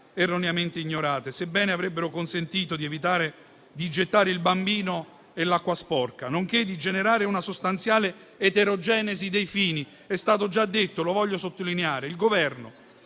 erroneamente ignorate, sebbene avrebbero consentito di evitare di gettare il bambino con l'acqua sporca, nonché di evitare di generare una sostanziale eterogenesi dei fini. È stato già detto e lo voglio sottolineare: il Governo,